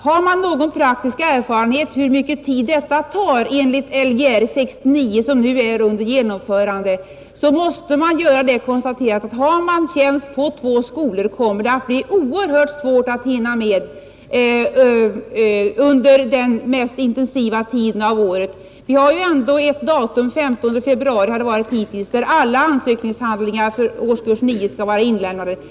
Har man någon praktisk erfarenhet av hur mycket tid detta tar enligt Lgr 69, som nu håller på att genomföras, så måste man göra det konstaterandet att om någon har tjänst vid två skolor blir det oerhört svårt att hinna med uppgifterna under den mest intensiva tiden på året. Det finns ju ett datum fastställt, hittills har det varit den 15 februari, då alla ansökningshandlingar för årskurs 9 skall vara inlämnade.